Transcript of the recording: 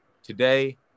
Today